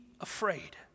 afraid